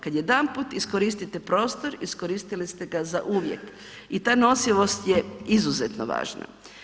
Kad jedanput iskoristite prostor, iskoristili ste ga za uvijek i ta nosivost je izuzetno važna.